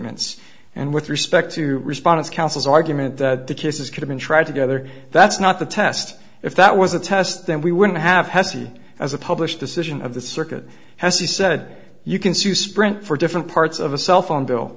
minutes and with respect to response counsel's argument that the cases could've been tried together that's not the test if that was the test then we wouldn't have heskey as a published decision of the circuit has he said you can sue sprint for different parts of a cell phone bill